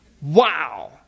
Wow